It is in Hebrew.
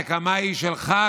הנקמה היא שלך,